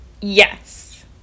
Yes